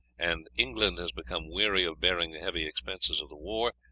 and england has become weary of bearing the heavy expenses of the war,